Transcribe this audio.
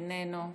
איננו,